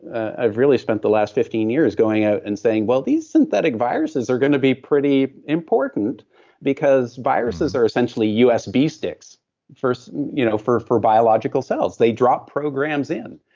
i really spent the last fifteen years going out and saying well these synthetic viruses are going to be pretty important because viruses are essentially usb sticks you know for for biological cells. they drop programs in.